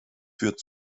führt